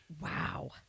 Wow